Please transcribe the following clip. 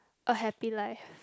a happy life